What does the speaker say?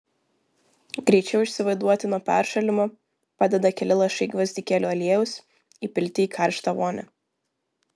greičiau išsivaduoti nuo peršalimo padeda keli lašai gvazdikėlių aliejaus įpilti į karštą vonią